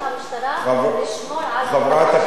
האחריות של המשטרה לשמור על ביטחון האזרחים.